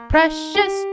Precious